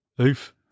Oof